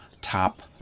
top